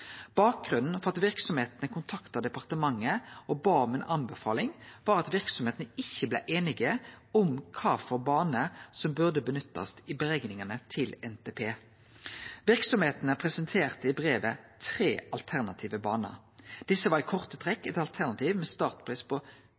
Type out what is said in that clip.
Bakgrunnen for at verksemdene kontakta departementet og bad om ei anbefaling, var at verksemdene ikkje blei einige om kva for bane som burde nyttast i berekningane til NTP. Verksemdene presenterte i brevet tre alternative banar. Desse var i korte trekk eit alternativ med startpris på